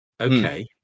Okay